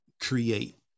create